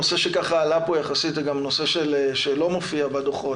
הנושא שעלה פה יחסית זה גם הנושא שלא מופיע בדוחות,